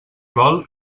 vol